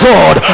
God